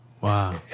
Wow